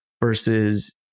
versus